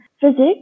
physics